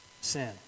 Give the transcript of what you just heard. sin